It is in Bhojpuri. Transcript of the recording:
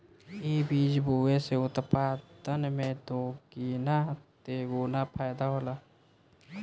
इ बीज बोए से उत्पादन में दोगीना तेगुना फायदा होला